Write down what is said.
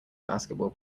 basketball